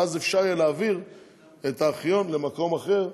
ואז אפשר יהיה להעביר את הארכיון למקום אחר,